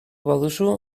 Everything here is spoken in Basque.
baduzu